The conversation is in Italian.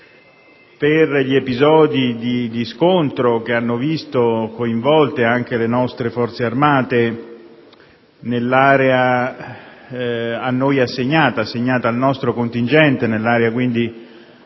per gli episodi di scontro che hanno visto coinvolte anche le nostre Forze armate nell'area assegnata al nostro contingente, e quindi